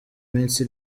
minsi